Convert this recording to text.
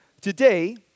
Today